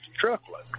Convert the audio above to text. truckload